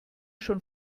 schon